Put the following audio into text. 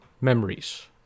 memories